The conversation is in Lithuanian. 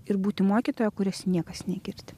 ir būti mokytoja kurios niekas negirdi